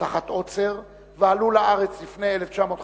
תחת עוצר ועלו לארץ לפני 1953